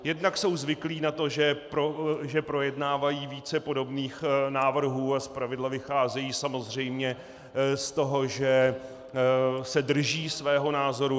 Jednak jsou zvyklí na to, že projednávají více podobných návrhů a zpravidla vycházejí samozřejmě z toho, že se drží svého názoru.